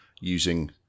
using